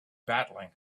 battling